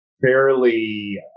fairly